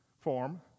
form